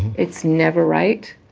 it's never right